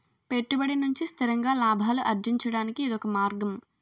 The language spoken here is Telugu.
పెట్టుబడి నుంచి స్థిరంగా లాభాలు అర్జించడానికి ఇదొక మార్గం